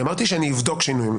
אמרתי שאני אבדוק שינויים.